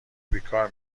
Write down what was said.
بیکار